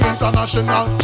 International